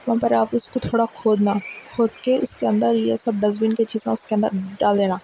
وہاں پر آپ اس کو تھوڑا کھودنا کھود کے اس کے اندر یہ سب ڈسبن کے چیزاں اس کے اندر ڈال دینا